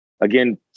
again